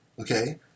Okay